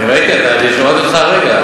שמעתי אותך הרגע,